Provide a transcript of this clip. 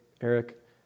Eric